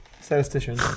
statistician